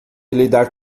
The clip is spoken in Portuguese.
lidar